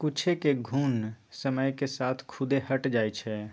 कुछेक घुण समय के साथ खुद्दे हट जाई छई